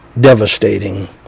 devastating